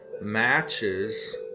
matches